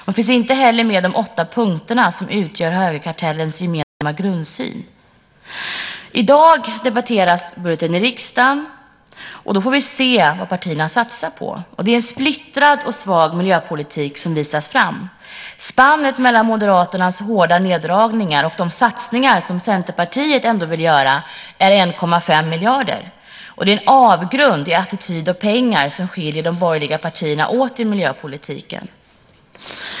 Den finns inte heller med i de åtta punkter som utgör högerkartellens gemensamma grundsyn. I dag debatteras budgeten i riksdagen, och då får vi se vad partierna satsar på. Det är en splittrad och svag miljöpolitik som visas fram. Spannet mellan Moderaternas hårda neddragningar och de satsningar som Centerpartiet ändå vill göra är 1,5 miljarder, och det är en avgrund i attityd och pengar som skiljer de borgerliga partierna åt i miljöpolitiken.